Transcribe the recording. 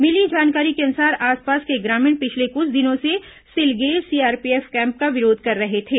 मिली जानकारी के अनुसार आसपास के ग्रामीण पिछले कुछ दिनों से सिलगेर सीआरपीएफ कैम्प का विरोध कर रहे थे